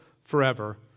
forever